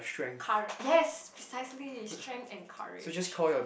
yes precisely strength and courage